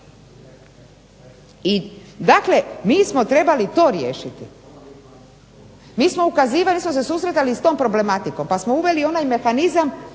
I dakle mi smo trebali to riješiti, mi smo ukazivali, mi smo se susretali s tom problematikom pa smo uveli onaj mehanizam